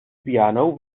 piano